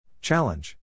Challenge